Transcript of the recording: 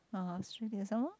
oh Australia some more